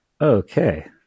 Okay